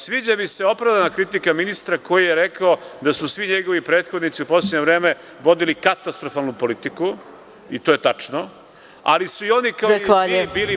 Sviđa mi se opravdana kritika ministra koji je rekao da su svi njegovi prethodnici u poslednje vreme vodili katastrofalnu politiku i to je tačno, ali su i oni kao